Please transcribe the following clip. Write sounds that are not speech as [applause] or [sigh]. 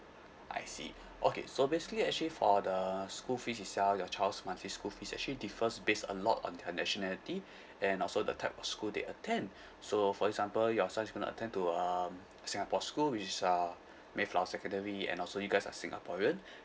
I see okay so basically actually for the school fees itself your child's monthly school fees actually differs based a lot on her nationality [breath] and also the type of school they attend so for example your son's going to attend to um singapore school which is ah mayflower secondary and also you guys are singaporean [breath]